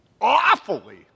awfully